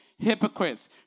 hypocrites